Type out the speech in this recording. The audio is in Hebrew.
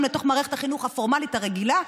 לתוך מערכת החינוך הפורמלית הרגילה,